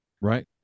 right